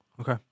Okay